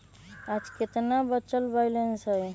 आज केतना बचल बैलेंस हई?